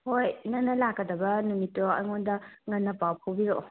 ꯍꯣꯏ ꯅꯪꯅ ꯂꯥꯛꯀꯗꯕ ꯅꯨꯃꯤꯠꯇꯣ ꯑꯩꯉꯣꯟꯗ ꯉꯟꯅ ꯄꯥꯎ ꯐꯥꯎꯕꯤꯔꯛꯑꯣ